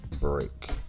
break